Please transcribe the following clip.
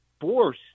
force